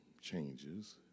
changes